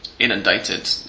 inundated